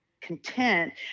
content